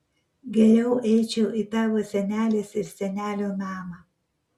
geriau eičiau į tavo senelės ir senelio namą